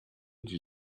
die